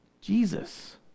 Jesus